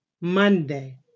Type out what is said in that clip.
Monday